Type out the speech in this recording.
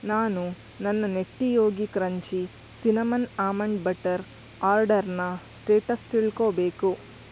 ನಾನು ನನ್ನ Nutty Yogi crunchy cinnamon almond butter ಆರ್ಡರಿನ ಸ್ಟೇಟಸ್ ತಿಳ್ಕೋಬೇಕು